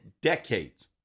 decades